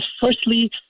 Firstly